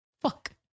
Fuck